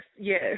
Yes